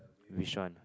which one